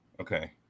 okay